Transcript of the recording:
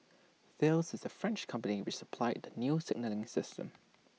Thales is the French company which supplied the new signalling system